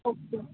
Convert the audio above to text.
okay